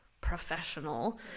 professional